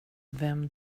vem